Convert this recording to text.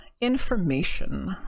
information